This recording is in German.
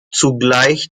zugleich